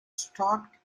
stocked